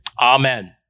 Amen